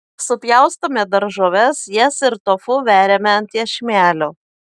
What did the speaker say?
supjaustome daržoves jas ir tofu veriame ant iešmelių